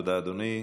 תודה, אדוני.